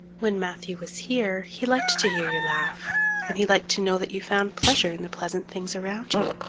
when matthew was here he liked to hear you laugh and he liked to know that you found pleasure in the pleasant things around you,